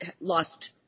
lost